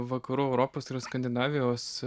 vakarų europos ir skandinavijos